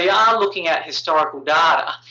yeah are looking at historical data,